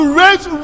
raise